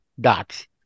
dots